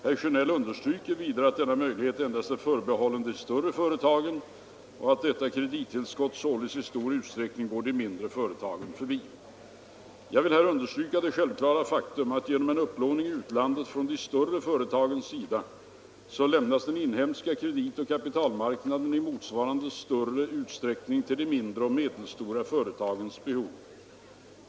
Herr Sjönell understryker vidare att denna möjlighet endast är förbehållen de större företagen och att detta kredittillskott således i stor utsträckning går de mindre företagen förbi. Jag vill här understryka det självklara faktum att genom en upplåning i utlandet från de större företagens sida så lämnas den inhemska kreditoch kapitalmarknaden i motsvarande större utsträckning till de mindre och medelstora företagens behov.